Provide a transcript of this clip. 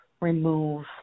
remove